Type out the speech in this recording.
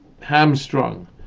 hamstrung